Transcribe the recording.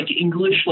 English